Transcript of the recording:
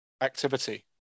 activity